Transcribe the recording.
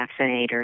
vaccinators